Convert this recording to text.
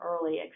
early